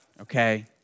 Okay